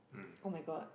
[oh]-my-god